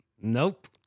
nope